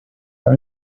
our